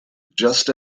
just